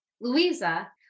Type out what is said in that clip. Louisa